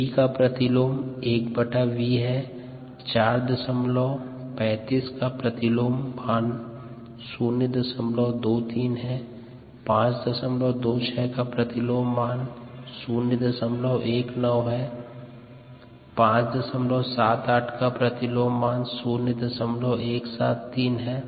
435 का प्रतिलोम मान 023 526 का प्रतिलोम मान 019 578 का प्रतिलोम मान 0173 और 893 का प्रतिलोम मान 0112 है